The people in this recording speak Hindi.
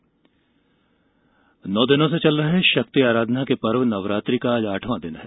महाष्टमी नौ दिनों से चल रहे शक्ति की आराधना का पर्व नवरात्रि का आज आठवां दिन है